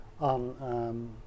on